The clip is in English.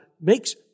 makes